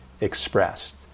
expressed